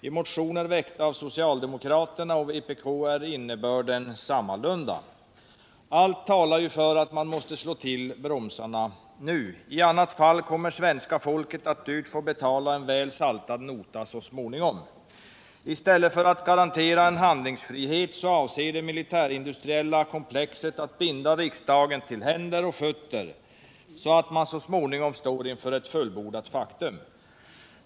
I motioner väckta av socialdemokraterna och vpk är innebörden densamma. Allt talar för att man måste slå till bromsarna nu. I annat fall kommer svenska folket att dyrt få betala en väl saltad nota så småningom. I stället för att garantera en handlingsfrihet avser det militärindustriella komplexet att binda riksdagen till händer och fötter, så att man slutligen står inför ett fullbordat faktum.